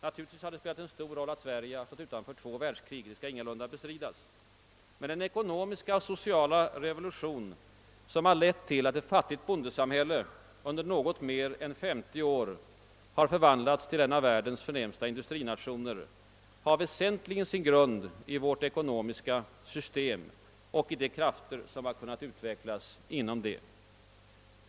Naturligtvis har det spelat stor roll att Sverige har stått utanför två världskrig — det skall ingalunda bestridas — men den ekonomiska och sociala revolution som har lett till att ett fattigt bondesamhälle under något mer än 50 år har förvandlats till en av världens förnämsta industrinationer har väsentligen sin grund i vårt ekonomiska system och i de krafter som har kunnat utvecklas inom det.